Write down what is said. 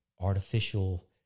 artificial